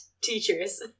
teachers